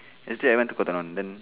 yesterday I went to Cotton On then